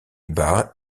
bas